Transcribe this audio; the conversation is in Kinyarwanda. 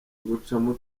gucamo